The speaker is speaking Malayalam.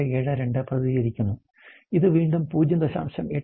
8772 പ്രതിനിധീകരിക്കുന്നു ഇതും വീണ്ടും 0